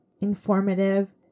informative